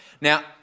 Now